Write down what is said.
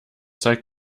zeigt